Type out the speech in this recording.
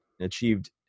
achieved